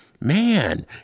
man